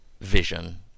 vision